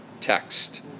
text